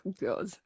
god